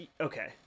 okay